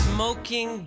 Smoking